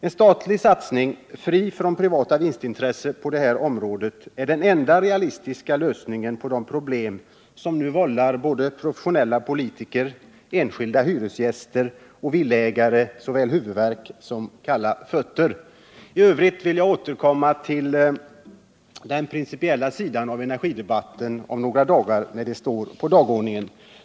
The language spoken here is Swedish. En statlig satsning, fri från privata vinstintressen på detta område, är den ena realistiska lösningen på de problem som nu vållar både professionella politiker, enskilda hyresgäster och villaägare såväl huvudvärk som kalla fötter. I övrigt vill jag återkomma till den principiella sidan av energidebatten om några dagar, när den står på dagordningen.